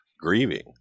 grieving